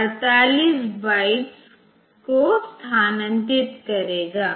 तो हमारे पास ऐसे 16 जोड़े होंगे ऐसे 16 जोड़े होंगे